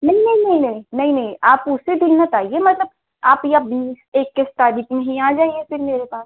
नहीं नहीं नहीं नहीं नहीं नहीं आप उसी दिन मत आइए मतलब आप या बीस इक्कीस तारीख में ही आ जाइए फिर मेरे पास